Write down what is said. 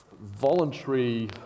voluntary